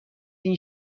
این